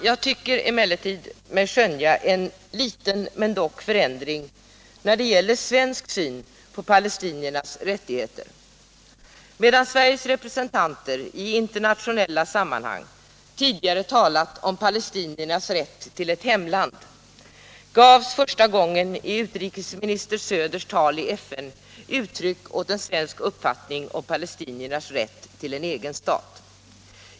Jag tycker mig emellertid skönja en liten men dock förändring när det gäller svensk syn på palestiniernas rättigheter. Medan Sveriges representanter i internationella sammanhang tidigare talat om palestiniernas rätt till ett hemland gavs första gången i utrikesminister Söders tal i FN uttryck åt en svensk uppfattning om palestiniernas rätt till en egen stat.